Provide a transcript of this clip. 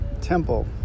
temple